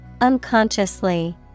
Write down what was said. Unconsciously